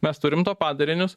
mes turim to padarinius